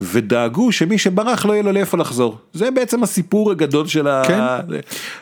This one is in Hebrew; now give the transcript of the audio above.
ודאגו שמי שברח לא יהיה לו לאיפה לחזור, זה בעצם הסיפור הגדול של ה...